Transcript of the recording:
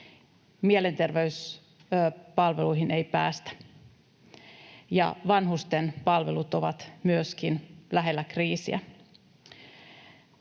mielenterveyspalveluihin ei päästä, ja myöskin vanhusten palvelut ovat lähellä kriisiä.